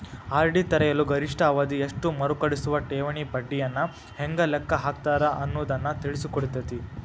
RD ತೆರೆಯಲು ಗರಿಷ್ಠ ಅವಧಿ ಎಷ್ಟು ಮರುಕಳಿಸುವ ಠೇವಣಿ ಬಡ್ಡಿಯನ್ನ ಹೆಂಗ ಲೆಕ್ಕ ಹಾಕ್ತಾರ ಅನ್ನುದನ್ನ ತಿಳಿಸಿಕೊಡ್ತತಿ